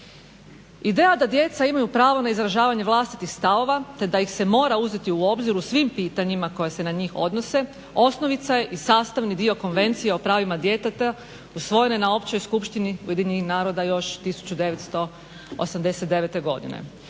Ideja da djeca imaju pravo na izražavanje vlastitih stavova te da ih se mora uzeti u obzir u svim pitanjima koja se na njih odnose, osnovica je i sastavni dio Konvencije o pravima djeteta usvojene na općoj skupštini Ujedinjenih naroda još 1989. godine.